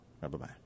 Bye-bye